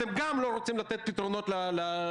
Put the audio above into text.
אתם גם לא רוצים לתת פתרונות לרופאים.